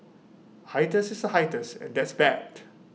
hiatus is A hiatus and that's bad